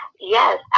Yes